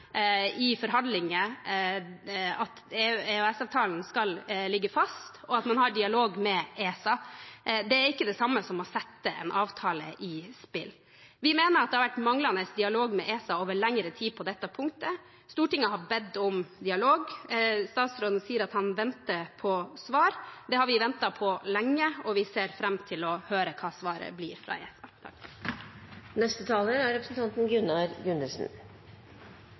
i forhandlinger at EØS-avtalen skal ligge fast, og at man skal ha dialog med ESA. Det er ikke det samme som å sette en avtale i spill. Vi mener at det har vært en manglende dialog med ESA over lengre tid på dette punktet. Stortinget har bedt om dialog. Statsråden sier at han venter på svar. Det har vi ventet på lenge, og vi ser fram til å høre hva svaret fra ESA blir. Da jeg hørte replikkordskiftet mellom representanten